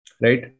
right